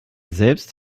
selbst